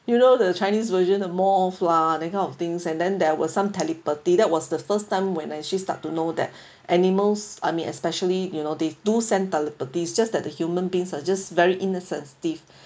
you know the chinese version of moth lah that kind of things and then there were some telepathy that was the first time when I actually start to know that animals I mean especially you know they do send telepathy just that the human beings are just very insensitive